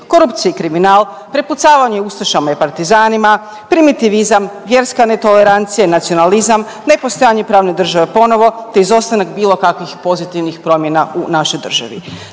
korupcija i kriminal, prepucavanje o ustašama i partizanima, primitivizam, vjerska netolerancija i nacionalizam, nepostojanje pravne države ponovo te izostanak bilo kakvih pozitivnih promjena u našoj državi.